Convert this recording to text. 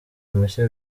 mushya